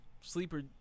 sleeper